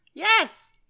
Yes